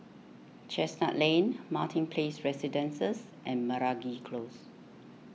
Chestnut Lane Martin Place Residences and Meragi Close